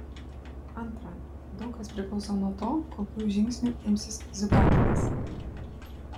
antra daug kas priklauso nuo to kokių žingsnių imsis ziuganovas